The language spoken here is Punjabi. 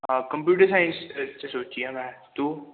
ਹਾਂ ਕੰਪਿਊਟਰ ਸਾਇੰਸ 'ਚ ਸੋਚੀ ਆ ਮੈਂ ਤੂੰ